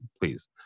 please